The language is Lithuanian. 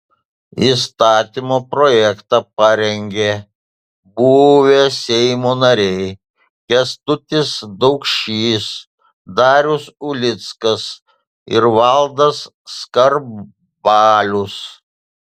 įstatymo projektą parengė buvę seimo nariai kęstutis daukšys darius ulickas ir valdas skarbalius